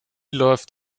läuft